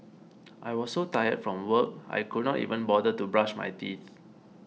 I was so tired from work I could not even bother to brush my teeth